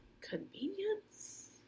convenience